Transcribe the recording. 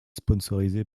sponsorisé